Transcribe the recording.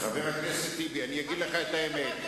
חבר הכנסת טיבי, אני אגיד לך את האמת.